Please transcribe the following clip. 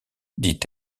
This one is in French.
dit